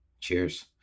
Cheers